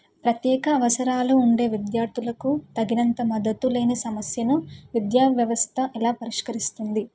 ప్రత్యేక అవసరాలు ఉండే విద్యార్థులకు తగినంత మద్దతు లేని సమస్యను విద్యా వ్యవస్థ ఎలా పరిష్కరిస్తుంది